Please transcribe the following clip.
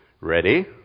Ready